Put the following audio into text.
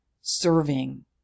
serving